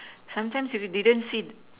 sometimes if we didn't sit